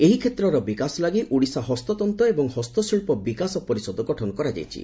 ଏହି କେତ୍ରର ବିକାଶ ଲାଗି ଓଡ଼ିଶା ହସ୍ତତ୍ତ ଏବଂ ହସ୍ତଶିଚ୍ଚ ବିକାଶ ପରିଷଦ ଗଠନ କରାଯାଇଛି